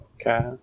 Okay